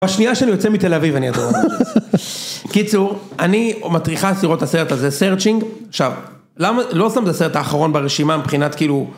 בשנייה שאני יוצא מתל אביב אני אדבר על זה, (צחוק) קיצור אני מטריחה אסירות הסרט הזה סרצ'ינג, עכשיו למה לא שם את הסרט האחרון ברשימה מבחינת כאילו